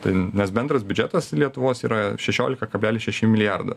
tai nes bendras biudžetas lietuvos yra šešiolika kablelis šeši milijardo